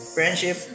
Friendship